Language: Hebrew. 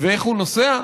ואיך הוא נוסע?